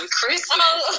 Christmas